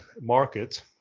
market